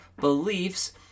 beliefs